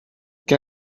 què